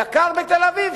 יקר בתל-אביב?